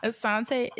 Asante